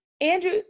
Andrew